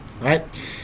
right